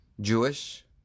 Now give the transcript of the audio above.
Jewish